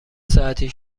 ساعتی